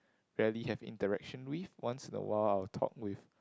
rarely have interaction with once in a while I'll talk with